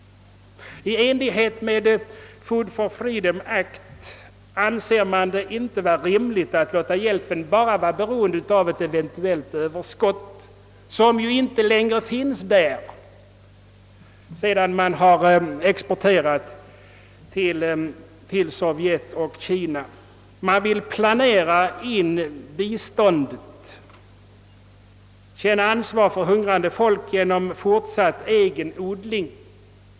Enligt Food for Freedom Act anser man det inte vara rimligt att låta hjälpen bara vara beroende av ett eventuellt överskott som ju inte längre finns, sedan man exporterat till Sovjetunionen och Kina. Man vill planera in biståndet, känna ansvar för hungrande folk genom fortsatt egen odling.